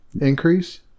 increase